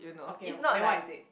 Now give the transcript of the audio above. okay then what is it